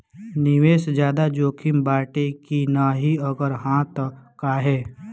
निवेस ज्यादा जोकिम बाटे कि नाहीं अगर हा तह काहे?